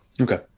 Okay